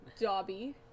Dobby